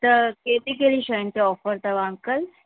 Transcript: त कहिड़ी कहिड़ी शयुनि ते ऑफर अथव अंकल